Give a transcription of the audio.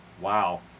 Wow